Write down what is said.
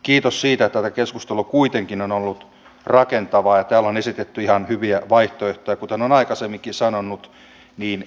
onko näissä omaishoitoon liittyvissä laskelmissa otettu huomioon että myös tämä asia monikulttuurisuus ja palveluiden tarve ja vaatimukset kasvavat